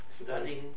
studying